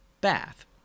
Bath